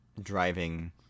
driving